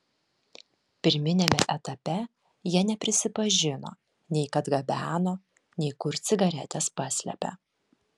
pirminiame etape jie neprisipažino nei kad gabeno nei kur cigaretes paslėpė